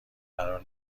قرار